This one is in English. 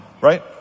Right